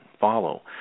follow